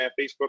Facebook